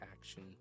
action